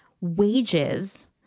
wages